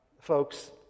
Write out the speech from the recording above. folks